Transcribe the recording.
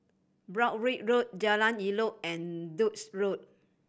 Broadrick Road Jalan Elok and Duke's Road